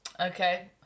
Okay